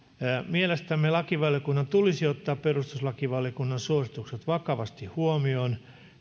mielestämme lakivaliokunnan tulisi ottaa perustuslakivaliokunnan suositukset vakavasti huomioon